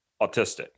autistic